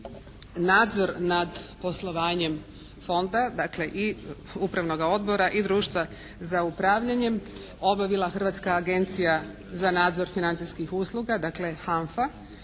nadzor nad poslovanjem Fonda, dakle i Upravnoga odbora i društva za upravljanjem obavila Hrvatska agencija za nadzor financijskih usluga, dakle HANFA